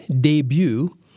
debut